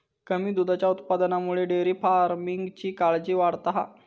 कमी दुधाच्या उत्पादनामुळे डेअरी फार्मिंगची काळजी वाढता हा